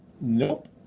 nope